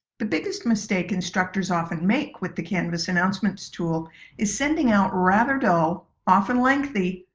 the biggest mistake instructors often make with the canvas announcements tool is sending out rather dull, often lengthy,